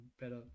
better